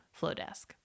Flowdesk